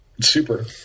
Super